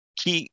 que